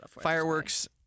fireworks